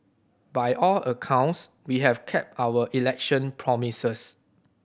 by all accounts we have kept our election promises